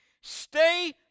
Stay